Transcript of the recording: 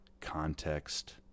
context